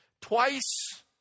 Twice